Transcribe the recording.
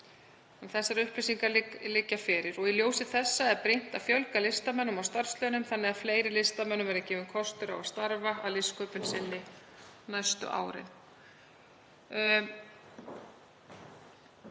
Þessar upplýsingar liggja fyrir og í ljósi þessa er brýnt að fjölga listamönnum á starfslaunum þannig að fleiri listamönnum verði gefinn kostur á að starfa að listsköpun sinni næstu árin.